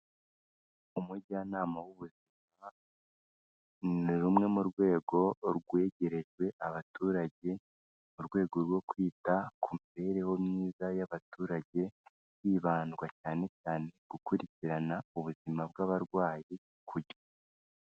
Umujyanama w'ubuzima ni rumwe mu rwego rwegerejwe abaturage mu rwego rwo kwita ku mibereho myiza y'abaturage hibandwa cyane cyane gukurikirana ubuzima bw'abarwayi ku gihe.